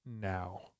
now